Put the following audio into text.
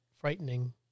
Frightening